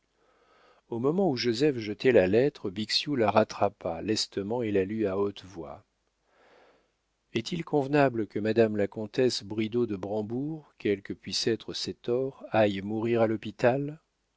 au moment où joseph jetait la lettre bixiou la rattrapa lestement et la lut à haute voix est-il convenable que madame la comtesse bridau de brambourg quels que puissent être ses torts aille mourir à l'hôpital